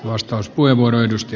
arvoisa puhemies